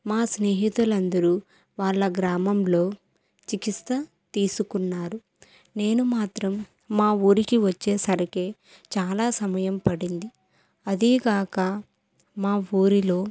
మా స్నేహితులు అందరూ వాళ్ళ గ్రామంలో చికిత్స తీసుకున్నారు నేను మాత్రం మా ఊరికి వచ్చేసరికి చాలా సమయం పడింది అదీకాక మా ఊరిలో